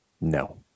No